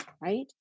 right